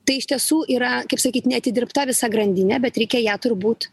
tai iš tiesų yra kaip sakyt neatidirbta visa grandinė bet reikia ją turbūt